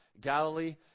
Galilee